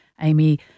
Amy